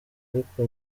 ariko